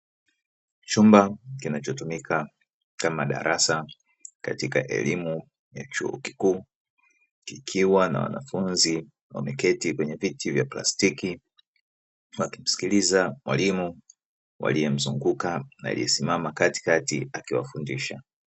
Chumba kinachotumika kama darasa katika elimu ya chuo kikuu, kikiwa na wanafunzi wameketi kwenye viti vya plastiki, wakimsikiliza mwalimu waliomzunguka aliyesimama katikati akiwafundisha.